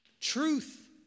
Truth